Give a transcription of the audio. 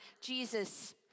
Jesus